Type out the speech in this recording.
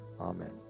Amen